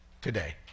today